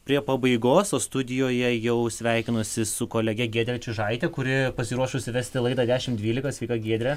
prie pabaigos o studijoje jau sveikinosi su kolege giedre čiužaite kuri pasiruošusi vesti laidą dešimt dvylika sveika giedre